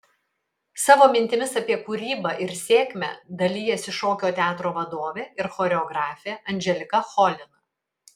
savo mintimis apie kūrybą ir sėkmę dalijasi šokio teatro vadovė ir choreografė anželika cholina